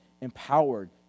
empowered